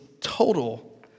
total